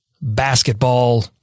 basketball